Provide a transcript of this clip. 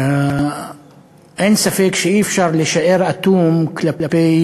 ואין ספק שאי-אפשר להישאר אטום כלפי